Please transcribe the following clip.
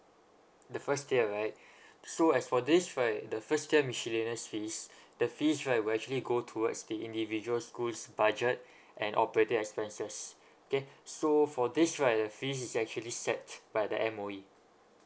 the first tier right so as for this right the first tier miscellaneous fees the fees right will actually go towards the individual school's budget and operating expenses okay so for this right the fees is actually set by the M_O_E